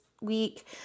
week